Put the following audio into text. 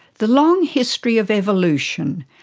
the long history of evolution,